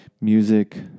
music